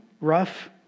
rough